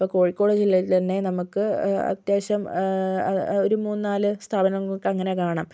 ഇപ്പോൾ കോഴിക്കോട് ജില്ലയിൽ തന്നെ നമുക്ക് അത്യാവശ്യം ഒരു മൂന്ന് നാല് സ്ഥാപനങ്ങൾ അങ്ങനെ കാണാം